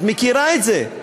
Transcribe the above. את מכירה את זה,